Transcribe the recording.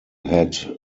had